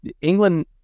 England